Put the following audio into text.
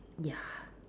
ya